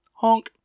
Honk